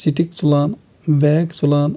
stick تُلان bag تُلان